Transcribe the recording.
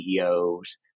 CEO's